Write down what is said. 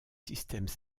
systèmes